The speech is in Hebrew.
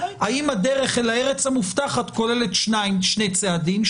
האם הדרך לארץ המובטחת כוללת שני צעדים,